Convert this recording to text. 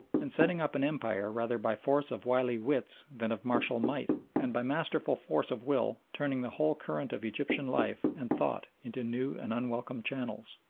and setting up an empire rather by force of wily wits than of martial might, and by masterful force of will turning the whole current of egyptian life and thought into new and unwelcomed channels.